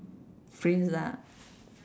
prince lah